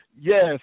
Yes